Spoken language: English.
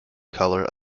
color